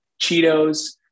Cheetos